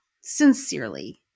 Sincerely